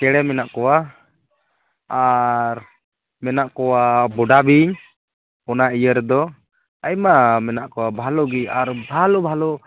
ᱪᱮᱬᱮ ᱢᱮᱱᱟᱜ ᱠᱚᱣᱟ ᱟᱨ ᱢᱮᱱᱟᱜ ᱠᱚᱣᱟ ᱵᱳᱰᱟ ᱵᱤᱧ ᱚᱱᱟ ᱤᱭᱟᱹ ᱨᱮᱫᱚ ᱟᱭᱢᱟ ᱢᱮᱱᱟᱜ ᱠᱚᱣᱟ ᱵᱷᱟᱞᱳ ᱜᱮ ᱟᱨ ᱵᱷᱟᱞᱳ ᱵᱷᱟᱞᱳ